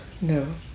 No